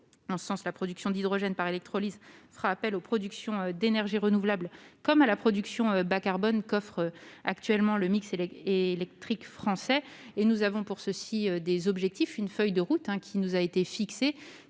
En ce sens, la production d'hydrogène par électrolyse fera appel aux productions d'énergie renouvelable, comme à la production bas carbone qu'offre actuellement le mix électrique français. Nous avons, pour ce faire, des objectifs et une feuille de route, à la fois